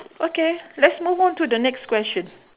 okay lets move on to the next question